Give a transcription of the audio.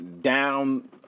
down